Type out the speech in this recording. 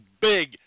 big